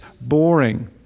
boring